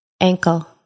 ankle